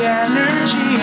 energy